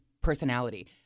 personality